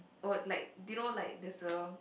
oh like do you know like there's a